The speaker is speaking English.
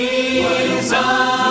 Jesus